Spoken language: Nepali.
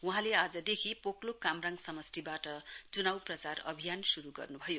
वहाँले आजदेखि पोकलोक कामराङ समष्ठिवाट चुनाउ प्रचार अभियान शुरु गर्नुभयो